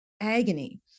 agony